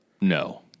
No